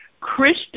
Christian